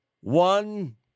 One